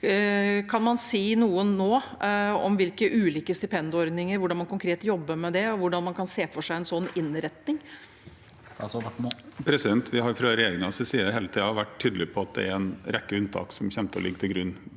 Kan man si noe nå om ulike stipendordninger, hvordan man konkret jobber med det, og hvordan man kan se for seg en sånn innretning? Statsråd Ola Borten Moe Vi har fra re- gjeringens side hele tiden vært tydelige på at det er en rekke unntak som kommer til å ligge til grunn,